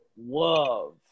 love